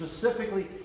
specifically